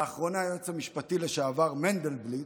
לאחרונה היועץ המשפטי לשעבר מנדלבליט